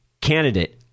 candidate